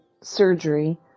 surgery